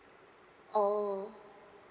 oh